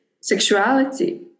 sexuality